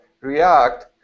React